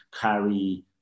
carry